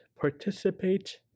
participate